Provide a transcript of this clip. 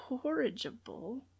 corrigible